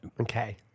Okay